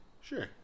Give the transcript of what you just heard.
Sure